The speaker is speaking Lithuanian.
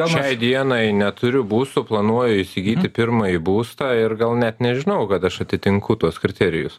šiai dienai neturiu būsto planuoju įsigyti pirmąjį būstą ir gal net nežinojau kad aš atitinku tuos kriterijus